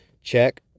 check